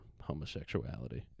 homosexuality